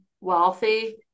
wealthy